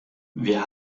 wir